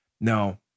no